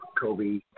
Kobe